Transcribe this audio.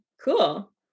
Cool